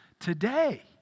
today